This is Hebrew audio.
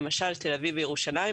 למשל תל אביב וירושלים,